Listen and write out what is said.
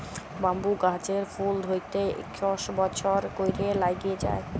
bamboo গাহাচের ফুল ধ্যইরতে ইকশ বসর ক্যইরে ল্যাইগে যায়